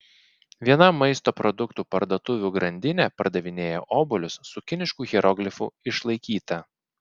viena maisto produktų parduotuvių grandinė pardavinėja obuolius su kinišku hieroglifu išlaikyta